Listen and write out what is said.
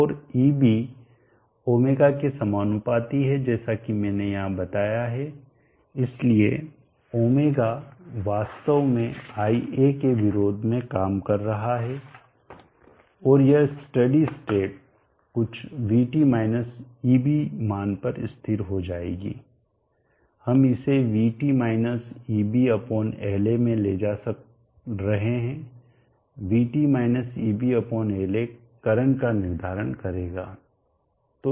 और eb ω के समानुपाती है जैसा कि मैंने यहां बताया है इसलिए ω वास्तव में i a के विरोध में काम कर रहा है और यह स्टेडी स्टेट कुछ vt माइनस eb मान पर स्थिर हो जाएगी हम इसे vt ebLa में ले जा रहे हैं vt ebLa करंट का निर्धारण करेगा